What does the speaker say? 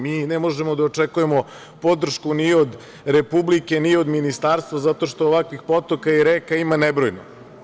Mi ne možemo da očekujemo podršku ni od Republike, ni od ministarstvo, zato što ovakvih potoka i reka ima nebrojeno.